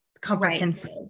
comprehensive